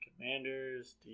Commanders